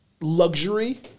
luxury